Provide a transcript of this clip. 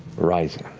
rising.